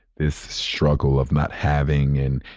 this struggle of not having and,